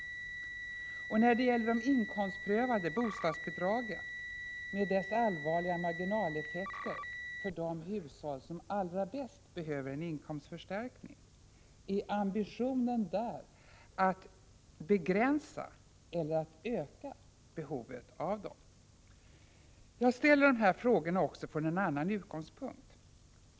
Jag vill ställa en fråga när det gäller de inkomstprövade bostadsbidragen med deras allvarliga marginalskatteeffekter för de hushåll som allra bäst behöver en inkomstförstärkning: Är ambitionen att begränsa eller att öka behovet av dem? Jag ställer dessa frågor också från en annan utgångspunkt.